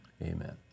Amen